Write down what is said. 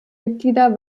mitglieder